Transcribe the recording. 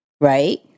Right